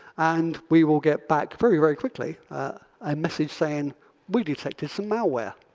and we will get back very, very quickly a message saying we detected some malware.